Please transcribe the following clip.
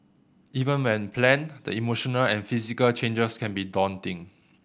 even when planned the emotional and physical changes can be daunting